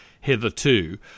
hitherto